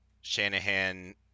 Shanahan